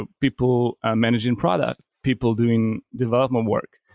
ah people ah managing products, people doing development work.